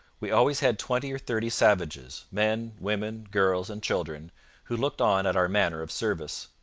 we always had twenty or thirty savages men, women, girls, and children who looked on at our manner of service.